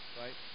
right